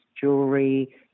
jewelry